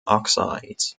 oxides